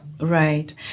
Right